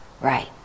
right